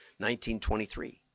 1923